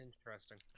interesting